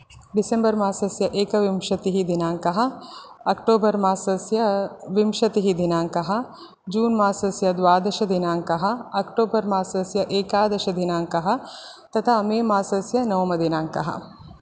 December मासस्य एकविंशतिः दिनाङ्कः अक्टोबर् मासस्य विंशतिः दिनाङ्कः जून् मासस्य द्वादशदिनाङ्कः अक्टोबर् मासस्य एकादशदिनाङ्कः तथा मे मासस्य नवमदिनाङ्कः